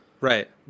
Right